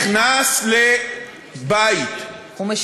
נכנס לבית, הוא מדבר אלי.